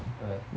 what